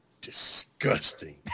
Disgusting